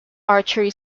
archery